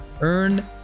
Earn